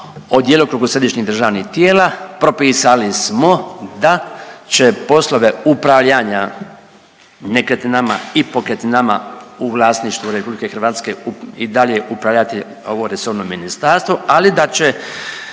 djelokrugu središnjih državnih tijela propisali smo da će poslove upravljanja nekretninama i pokretninama u vlasništvu RH i dalje upravljati ovo resorno ministarstvo, ali da će